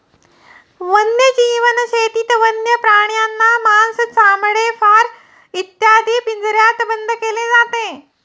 वन्यजीव शेतीत वन्य प्राण्यांना मांस, चामडे, फर इत्यादींसाठी पिंजऱ्यात बंद केले जाते